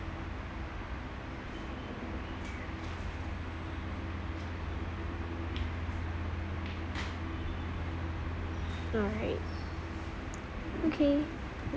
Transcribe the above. alright okay